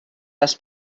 les